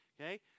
Okay